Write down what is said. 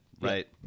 Right